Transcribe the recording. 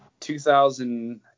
2000